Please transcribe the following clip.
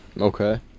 okay